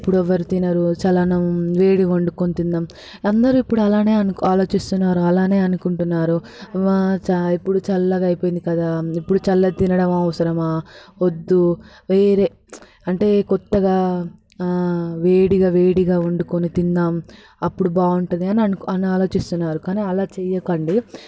ఇప్పుడు ఎవరు తినరు చద్దన్నం వేడిగా వండుకొని తిందాము అందరూ ఇప్పుడు అలాగే అనుకో ఆలోచిస్తున్నారు అలాగే అనుకుంటున్నారు వా చ ఇప్పుడు చల్లగా అయిపోయింది కదా ఇప్పుడు చల్లన్నం తినడం అవసరమా వద్దు వేరే అంటే కొత్తగా వేడిగా వేడిగా వండుకొని తిందాము అప్పుడు బాగుంటుంది అని అని ఆలోచిస్తున్నారు కానీ అలా చేయకండి